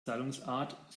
zahlungsart